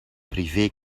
privé